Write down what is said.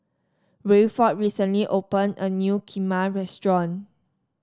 Rayford recently opened a new Kheema restaurant